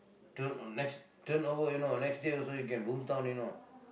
turn or next turn over you know next year also you can boom town you know